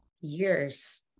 years